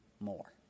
more